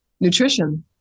Nutrition